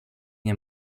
nie